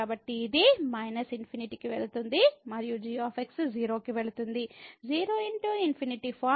కాబట్టి ఇది −∞ కి వెళుతుంది మరియు g 0 కి వెళుతుంది 0×∞ ఫార్మ్